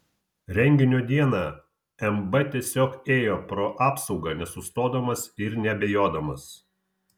renginio dieną mb tiesiog ėjo pro apsaugą nesustodamas ir neabejodamas